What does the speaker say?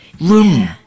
room